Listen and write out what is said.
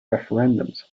referendums